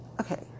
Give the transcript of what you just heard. Okay